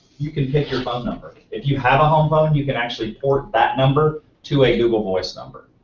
you can pick your phone number. if you have a home phone you can actually port that number to a google voice number.